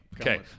Okay